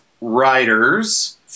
writers